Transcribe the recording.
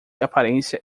aparência